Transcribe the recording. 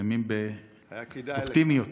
מסיימים באופטימיות.